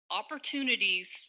opportunities